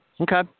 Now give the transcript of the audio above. Okay